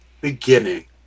beginning